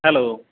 hello